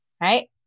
right